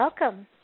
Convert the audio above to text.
Welcome